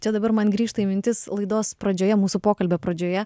čia dabar man grįžta į mintis laidos pradžioje mūsų pokalbio pradžioje